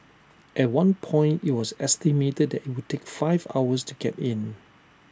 at one point IT was estimated that IT would take five hours to get in